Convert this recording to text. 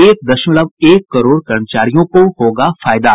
एक दशमव एक करोड़ कर्मचारियों को होगा फायदा